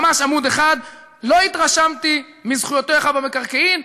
ממש עמוד אחד: לא התרשמתי מזכויותיך במקרקעין,